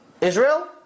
Israel